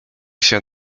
się